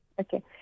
Okay